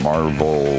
Marvel